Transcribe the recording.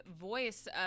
voice